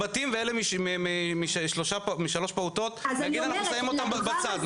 הבתים עם שלושה פעוטות, נגיד שאנחנו שמים בצד.